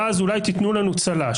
ואז אולי תתנו לנו צל"ש.